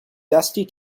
dusty